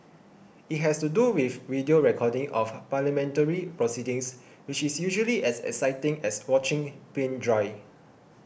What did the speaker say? it has to do with video recordings of parliamentary proceedings which is usually as exciting as watching paint dry